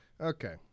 Okay